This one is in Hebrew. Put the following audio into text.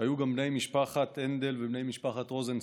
היו גם בני משפחת הנדל ובני משפחת רוזנצוויג,